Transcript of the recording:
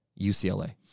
UCLA